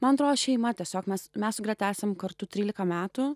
man atrodo šeima tiesiog mes mes su greta esam kartu trylika metų